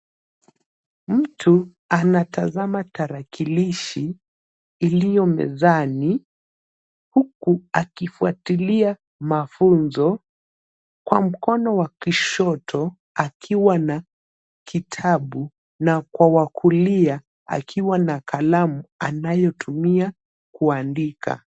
Mtu anatazama tarakilishi iliyo mezani huku akifuatilia mafunzo kwa mkono wa kushoto akiwa na kitabu na kwa wa kulia akiwa na kalamu anayotumia kuandika.